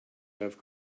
have